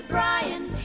Brian